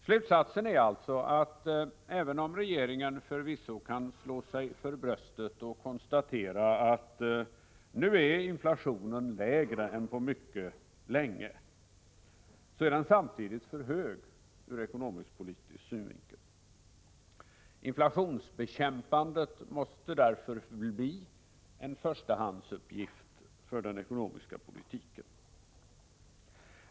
Slutsatsen är alltså, att även om regeringen förvisso kan slå sig för bröstet och konstatera att inflationen nu är lägre än på mycket länge, är den samtidigt för hög ur ekonomisk-politisk synvinkel. Inflationsbekämpandet måste därför förbli en förstahandsuppgift för den ekonomiska politiken.